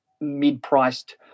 mid-priced